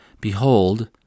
Behold